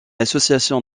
association